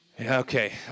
Okay